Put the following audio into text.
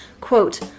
Quote